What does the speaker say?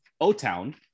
O-Town